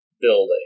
building